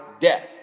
death